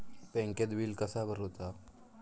बँकेत बिल कसा भरुचा?